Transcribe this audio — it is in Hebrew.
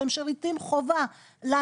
שהם חובה לנו,